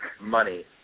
money